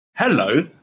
Hello